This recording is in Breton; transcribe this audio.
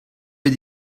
bet